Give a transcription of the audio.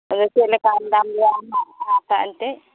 ᱟᱫᱚ ᱪᱮᱫ ᱞᱮᱠᱟᱱ ᱫᱟᱢ ᱨᱮᱭᱟᱜ ᱮᱢ ᱦᱟᱛᱟᱣᱟ ᱮᱱᱛᱮᱫ